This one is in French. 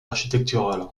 architectural